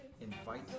invite